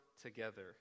together